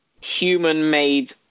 human-made